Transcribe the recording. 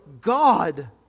God